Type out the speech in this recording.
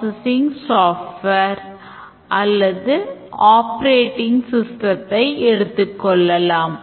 குறிப்பிட்ட problemகளுக்கு use case வரைபடத்தை உருவாக்குவதில் நாம் கொடுக்கும்